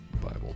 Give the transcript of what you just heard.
Bible